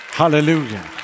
Hallelujah